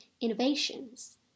innovations